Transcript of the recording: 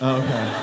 okay